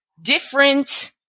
Different